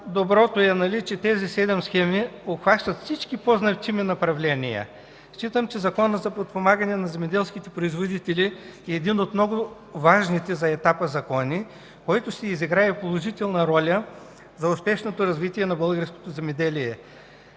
Доброто е, че тези седем схеми обхващат всички по-значими направления. Считам, че Законът за подпомагане на земеделските производители е един от много важните за етапа закони, който ще изиграе положителна роля за успешното развитие на българското земеделие.